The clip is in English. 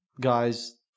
guys